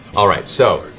all right, so,